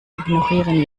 ignorieren